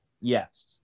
Yes